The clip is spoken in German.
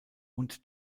und